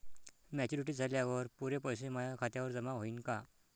Maturity झाल्यावर पुरे पैसे माया खात्यावर जमा होईन का?